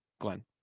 Glenn